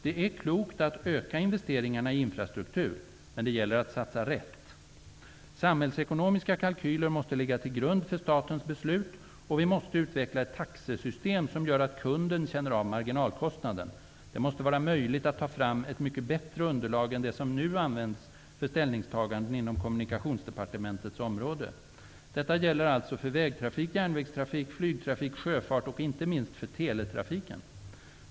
Det är klokt att öka investeringarna i infrastruktur, men det gäller att satsa rätt. Samhällsekonomiska kalkyler måste ligga till grund för statens beslut, och vi måste utveckla ett taxesystem som gör att kunden känner av marginalkostnaden. Det måste vara möjligt att ta fram ett mycket bättre underlag än det som nu används för ställningstaganden inom kommunikationsdepartementets område. Detta gäller alltså för vägtrafik, järnvägstrafik, flygtrafik, sjöfart och inte minst för teletrafik.